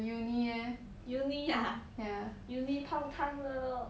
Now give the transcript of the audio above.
uni ah uni 泡汤了 lor